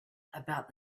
about